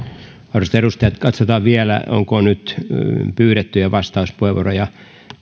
arvoisat edustajat katsotaan vielä onko pyydettyjä vastauspuheenvuoroja